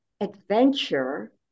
adventure